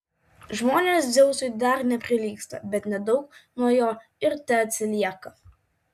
žmonės dzeusui dar neprilygsta bet nedaug nuo jo ir teatsilieka